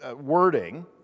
wording